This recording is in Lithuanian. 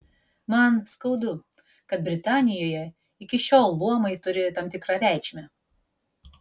man skaudu kad britanijoje iki šiol luomai turi tam tikrą reikšmę